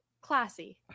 classy